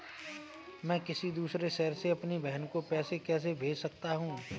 मैं किसी दूसरे शहर से अपनी बहन को पैसे कैसे भेज सकता हूँ?